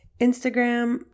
Instagram